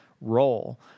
role